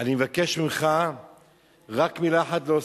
אני מבקש ממך רק מלה אחת להוסיף: